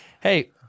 Hey